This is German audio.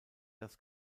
das